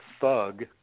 thug